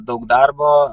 daug darbo